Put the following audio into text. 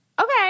Okay